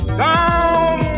down